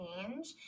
change